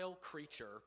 creature